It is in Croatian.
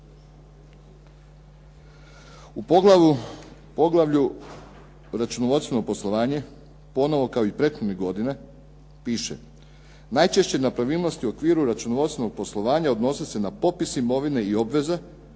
U poglavlju računovodstveno poslovanje ponovo kao i prethodnih godina piše: "Najčešće nepravilnosti u okviru računovodstvenog poslovanja odnose se na popis imovine i obveza